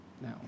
Now